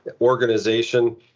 organization